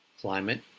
climate